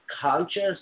conscious